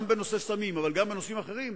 גם בנושא הסמים, אבל גם בנושאים אחרים,